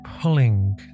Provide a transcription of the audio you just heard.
pulling